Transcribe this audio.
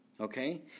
okay